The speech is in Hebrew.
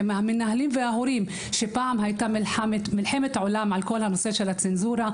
ומהמנהלים וההורים שפעם הייתה מלחמת עולם בינינו על כל נושא הצנזורה,